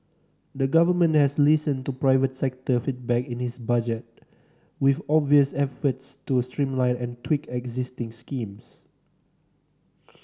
the government has listened to private sector feedback in this Budget with obvious efforts to streamline and tweak existing schemes